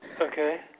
Okay